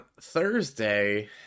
Thursday